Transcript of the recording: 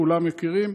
כולם מכירים,